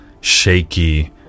shaky